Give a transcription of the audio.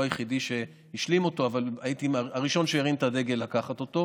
אני לא היחיד שהשלים אותו אבל הייתי הראשון שהרים את הדגל לקחת אותו,